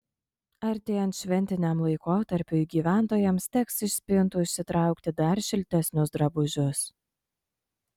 artėjant šventiniam laikotarpiui gyventojams teks iš spintų išsitraukti dar šiltesnius drabužius